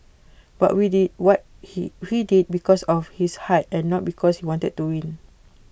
but we did what he he did because of his heart and not because he wanted to win